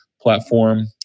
platform